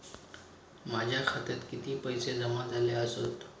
माझ्या खात्यात किती पैसे जमा झाले आसत?